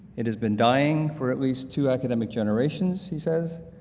it has been dying for at least two academic generations, he says.